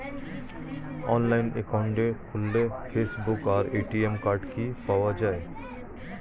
Online account খুললে passbook আর ATM card কি পাওয়া যায়?